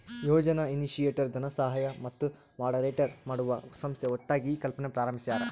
ಯೋಜನಾ initiator ಧನಸಹಾಯ ಮತ್ತು moderate ಮಾಡುವ ಸಂಸ್ಥೆ ಒಟ್ಟಾಗಿ ಈ ಕಲ್ಪನೆ ಪ್ರಾರಂಬಿಸ್ಯರ